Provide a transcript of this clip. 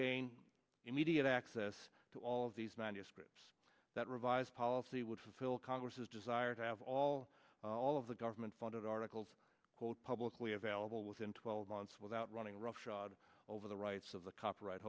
gain immediate access to all of these manuscripts that revised policy would fulfill congress's desire to have all all of the government funded articles called publicly available within twelve months without running roughshod over the rights of the copyright